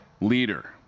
leader